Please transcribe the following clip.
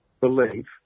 belief